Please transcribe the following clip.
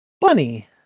Bunny